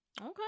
Okay